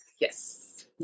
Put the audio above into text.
Yes